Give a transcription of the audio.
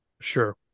Sure